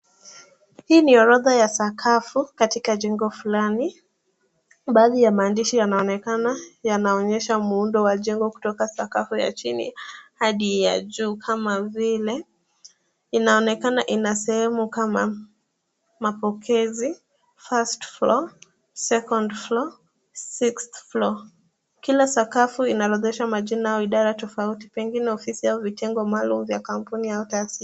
Hii ni orodha ya sakafu katika jengo fulani. Baadhi ya maandishi yanaonekana yanaonyesha muundo wa jengo kutoka sakafu ya chini hadi ya juu kama vile, inaonekana ina sehemu kama mapokezi, first floor , second floor , sixth floor . Kila sakafu inaorodhesha majina au idara tofauti pengine ofisi au vitengo maalum vya kampuni au taasisi.